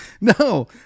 No